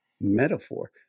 metaphor